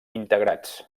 integrats